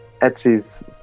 Etsy's